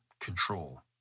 control